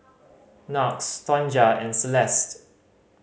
Knox Tonja and Celeste